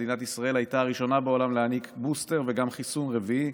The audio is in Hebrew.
מדינת ישראל הייתה הראשונה בעולם להעניק בוסטר וגם חיסון רביעי,